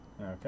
Okay